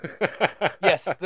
Yes